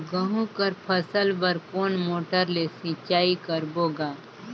गहूं कर फसल बर कोन मोटर ले सिंचाई करबो गा?